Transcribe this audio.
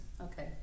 okay